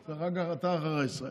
אז אחר כך אתה, אחריי, ישראל.